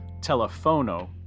Telefono